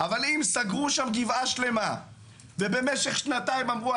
אבל סגרו שם גבעה שלמה ובמשך שנתיים אמרו,